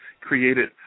created –